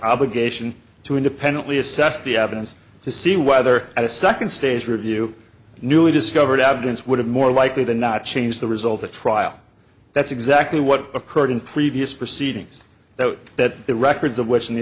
obligation to independently assess the evidence to see whether a second stage review newly discovered evidence would have more likely than not change the result a trial that's exactly what occurred in previous proceedings so that the records of which in the